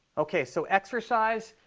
ok, so exercise,